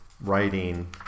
writing